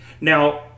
Now